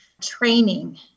training